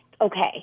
okay